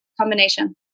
Combination